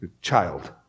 child